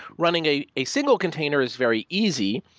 running a a single container is very easy.